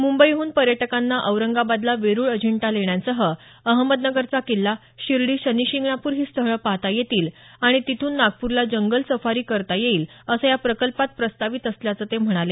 मुंबईहून पर्यटकांना औरंगाबादला वेरुळ अजिंठा लेण्यांसह अहमदनगरचा किल्ला शिर्डी शनिशिंगणापूर ही स्थळं पाहता येतील आणि तिथून नागपूरला जंगल सफारी करता येईल असं या प्रकल्पात प्रस्तावित असल्याचं ते म्हणाले